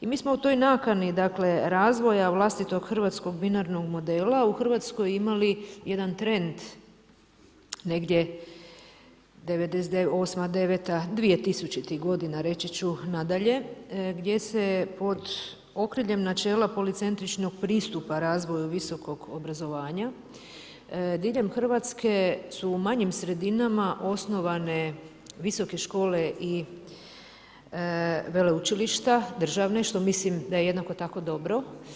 I mi smo u toj nakani razvoja vlastitog hrvatskog binarnog modela u Hrvatskoj imali jedan trend negdje '99. '98. 2000. godina reći ću nadalje, gdje se pod okriljem načela policentričnog pristupa razvoju visokog obrazovanja diljem Hrvatske su u manjim sredinama osnovane visoke škole i veleučilišta, državne, što mislim da je jednako tako dobro.